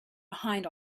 behind